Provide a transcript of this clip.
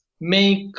make